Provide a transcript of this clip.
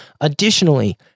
Additionally